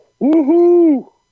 woohoo